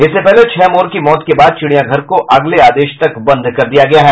इससे पहले छह मोर की मौत के बाद चिड़ियाघर को अगले आदेश तक बंद कर दिया गया है